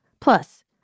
Plus